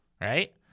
Right